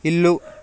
ఇల్లు